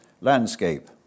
landscape